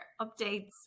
updates